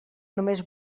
només